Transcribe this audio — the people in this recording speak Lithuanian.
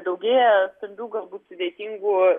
daugėja stambių galbūt sudėtingų